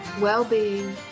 well-being